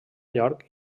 york